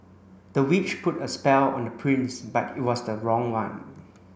the witch put a spell on the prince but it was the wrong one